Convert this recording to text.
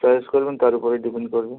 choice করবেন তার ওপরে ডিপেন্ড করবো